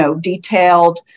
detailed